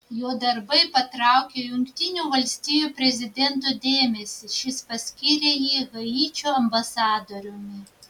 jo darbai patraukė jungtinių valstijų prezidento dėmesį šis paskyrė jį haičio ambasadoriumi